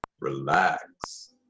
relax